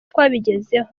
twabigezeho